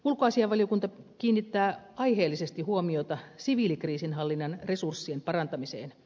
ulkoasiainvaliokunta kiinnittää aiheellisesti huomiota siviilikriisinhallinnan resurssien parantamiseen